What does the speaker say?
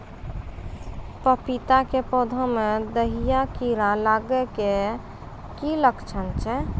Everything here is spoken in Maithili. पपीता के पौधा मे दहिया कीड़ा लागे के की लक्छण छै?